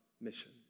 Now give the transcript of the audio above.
mission